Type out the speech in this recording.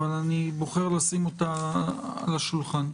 אבל אני בוחר לשים אותה על השולחן.